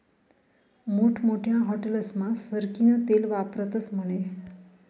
मोठमोठ्या हाटेलस्मा सरकीनं तेल वापरतस म्हने